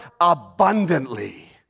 abundantly